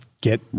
get